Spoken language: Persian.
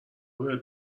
بهت